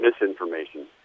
misinformation